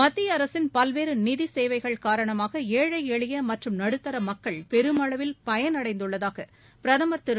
மத்திய அரசின் பல்வேறு நிதி சேவைகள் காரணமாக ஏழை எளிய மற்றும் நடுத்தர மக்கள் பெருமளவில் பயனடைந்துள்ளதாக பிரதமர் திரு